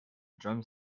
drum